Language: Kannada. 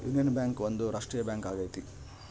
ಯೂನಿಯನ್ ಬ್ಯಾಂಕ್ ಒಂದು ರಾಷ್ಟ್ರೀಯ ಬ್ಯಾಂಕ್ ಆಗೈತಿ